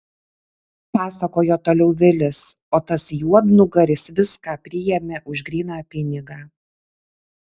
pasakojo toliau vilis o tas juodnugaris viską priėmė už gryną pinigą